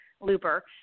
looper